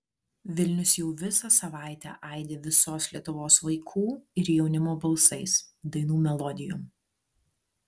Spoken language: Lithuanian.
vilnius jau visą savaitę aidi visos lietuvos vaikų ir jaunimo balsais dainų melodijom